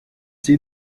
see